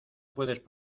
puedes